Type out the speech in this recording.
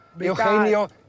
Eugenio